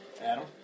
Adam